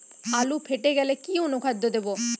আলু ফেটে গেলে কি অনুখাদ্য দেবো?